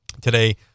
today